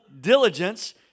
diligence